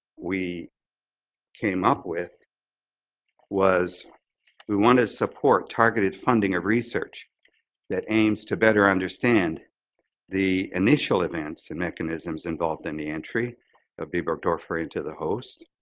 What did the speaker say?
we came up with was we want to support targeted funding of research that aims to better understand the initial events in mechanisms involved in the entry of b. burgdorferi into the host.